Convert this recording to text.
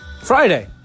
Friday